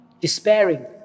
despairing